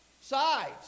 sides